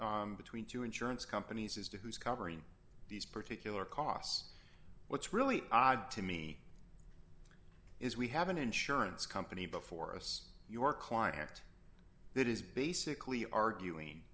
between two insurance companies as to who's covering these particular costs what's really odd to me is we have an insurance company before us your client act that is basically arguing